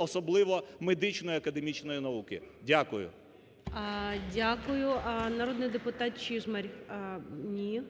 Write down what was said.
особливо медичної академічної науки. Дякую. ГОЛОВУЮЧИЙ. Дякую. Народний депутат Чижмарь. Ні.